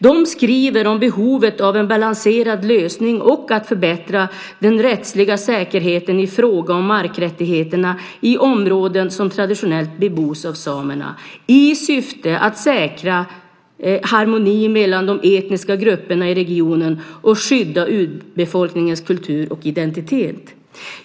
De skriver om behovet av en balanserad lösning och en förbättring av den rättsliga säkerheten i fråga om markrättigheterna i områden som traditionellt bebos av samerna, i syfte att säkra harmoni mellan de etniska grupperna i regionen och skydda urbefolkningens kultur och identitet.